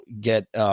get